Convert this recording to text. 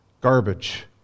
garbage